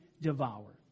devour